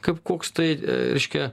kaip koks tai reiškia